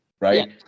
right